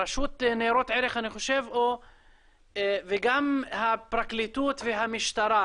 מרשות ניירות ערך, וגם הפרקליטות והמשטרה,